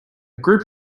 group